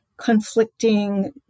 conflicting